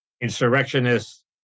insurrectionists